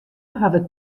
hawwe